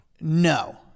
No